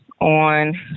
on